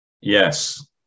yes